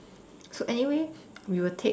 so anyway we will take